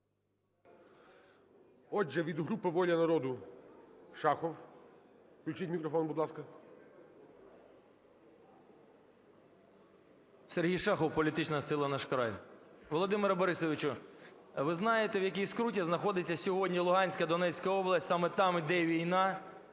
Володимире Борисовичу, ви знаєте, в якій скруті знаходяться сьогодні Луганська і Донецька область, саме там іде війна.